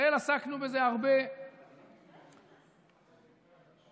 עסקנו בזה הרבה כראשי שדולת ארץ ישראל.